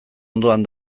ondoan